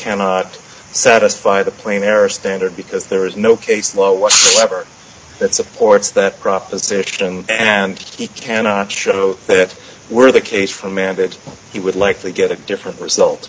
cannot satisfy the plain error standard because there is no case law was ever that supports that proposition and he cannot show that were the case for man that he would likely get a different result